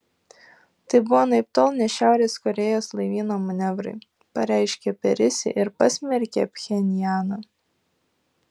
tai buvo anaiptol ne šiaurės korėjos laivyno manevrai pareiškė perisi ir pasmerkė pchenjaną